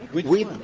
we